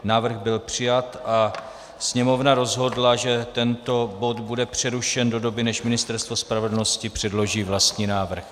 Návrh byl přijat a Sněmovna rozhodla, že tento bod bude přerušen do doby, než Ministerstvo spravedlnosti předloží vlastní návrh.